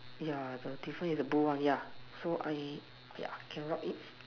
yeah the different is the blue one yeah so I yeah can rub it